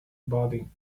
bobbing